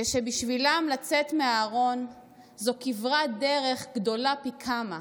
ושבשבילם לצאת מהארון זו כברת דרך גדולה פי כמה,